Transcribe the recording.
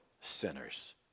sinners